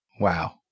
Wow